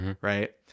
Right